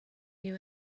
you